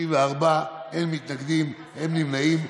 34, אין מתנגדים ואין נמנעים.